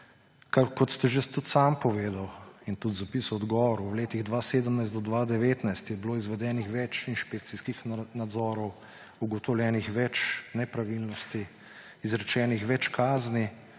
Kot ste že tudi sami povedali in tudi zapisali v odgovoru, v letih 2017 do 2019 je bilo izvedenih več inšpekcijskih nadzorov, ugotovljenih več nepravilnosti, izrečenih več kazni,